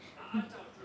mm